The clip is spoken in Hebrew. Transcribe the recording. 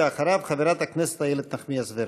אחריו, חברת הכנסת איילת נחמיאס ורבין.